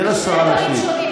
תן לשרה להשלים.